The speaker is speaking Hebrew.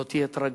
זו תהיה טרגדיה,